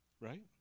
right